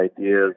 ideas